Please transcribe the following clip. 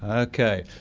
ah okay,